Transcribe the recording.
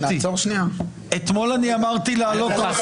2 בעד, 4 נגד, אין נמנעים.